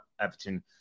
Everton